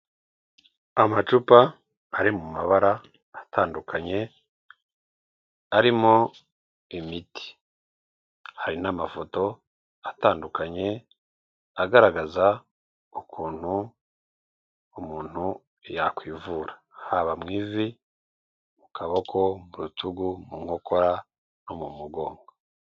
Amacupa ari mu mabara atandukanye arimo imiti, hari n'amafoto atandukanye agaragaza ukuntu umuntu yakwivura haba mu ivi, mu kaboko, mu rutugu, mu nkokora no mu mugongo.